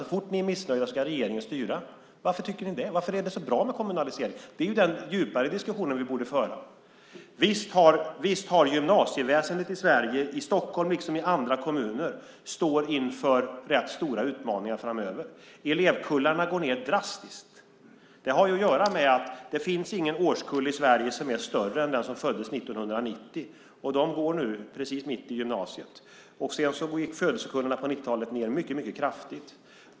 Så fort ni är missnöjda ska regeringen styra. Varför tycker ni det? Varför är det så bra med kommunalisering? Det är den djupare diskussion vi borde föra. Visst står gymnasieväsendet i Sverige, i Stockholm liksom i andra kommuner, inför rätt stora utmaningar framöver. Elevkullarna går ned drastiskt. Det har att göra med att det inte finns någon årskull i Sverige som är större än den som föddes 1990. De går nu precis mitt i gymnasiet. Sedan gick födelsekullarna på 90-talet ned mycket kraftigt.